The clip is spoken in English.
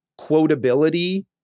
quotability